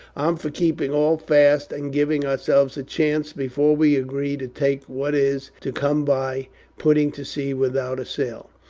i'm for keeping all fast and giving ourselves a chance before we agree to take what is to come by putting to sea without a sail.